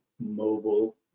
mobile